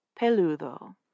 Peludo